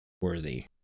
worthy